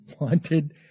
wanted